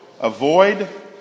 avoid